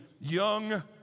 young